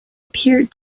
appeared